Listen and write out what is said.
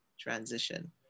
transition